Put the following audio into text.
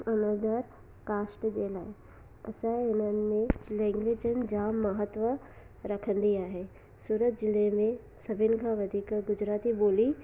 अलॻि कास्ट जे लाइ असांजे हिननि में लैंग्वेजिनि जा महत्व रखंदी आहे सूरत ज़िले में सभिनि खां वधीक गुजराती ॿोली